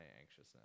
anxiousness